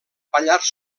pallars